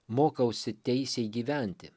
mokausi teisei gyventi